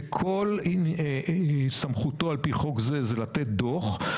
שכל סמכותו על פי חוק זה, היא לתת דוח.